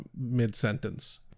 mid-sentence